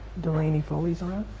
delaney folley's around.